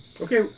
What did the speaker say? Okay